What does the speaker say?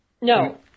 No